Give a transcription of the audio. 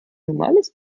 normales